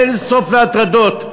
אין סוף להטרדות.